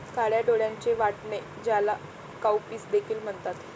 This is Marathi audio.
काळ्या डोळ्यांचे वाटाणे, ज्याला काउपीस देखील म्हणतात